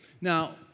Now